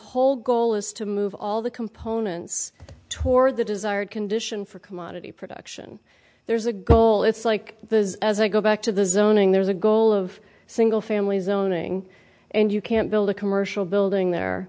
whole goal is to move all the components toward the desired condition for commodity production there's a goal it's like as i go back to the zoning there's a goal of single family zoning and you can build a commercial building there